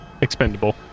Expendable